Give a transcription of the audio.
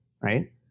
right